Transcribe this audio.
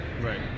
Right